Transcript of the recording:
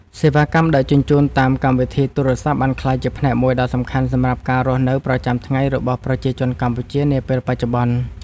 សេវាកម្មដឹកជញ្ជូនតាមកម្មវិធីទូរស័ព្ទបានក្លាយជាផ្នែកមួយដ៏សំខាន់សម្រាប់ការរស់នៅប្រចាំថ្ងៃរបស់ប្រជាជនកម្ពុជានាពេលបច្ចុប្បន្ន។